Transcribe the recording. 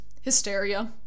hysteria